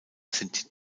sind